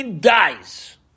dies